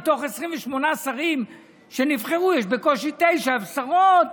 מתוך 28 שרים שנבחרו יש בקושי תשע שרות.